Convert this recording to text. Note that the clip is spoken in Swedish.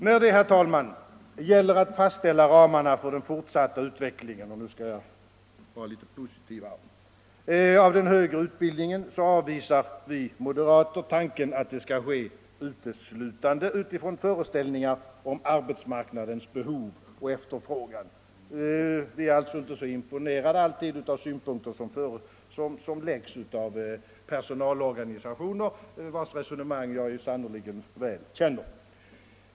När det gäller att fastställa ramarna för den fortsatta utvecklingen — och nu skall jag vara litet mer positiv — av den högre utbildningen avvisar vi moderater tanken att det skall ske uteslutande utifrån föreställningar om arbetsmarknadens behov och efterfrågan. Vi är alltså inte alltid så imponerade av de synpunkter som framförs av personalorganisationer, vilkas resonemang jag sannerligen väl känner till.